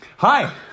Hi